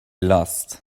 lost